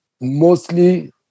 mostly